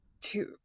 two